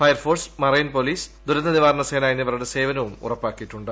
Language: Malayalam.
ഫയർഫോഴ്സ് മറൈൻ പൊലീസ് ദുരന്ത നിവാരണസേന എന്നിവരുടെ സേവനവും ഉറപ്പാക്കിയിട്ടുണ്ട്